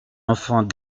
enfant